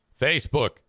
Facebook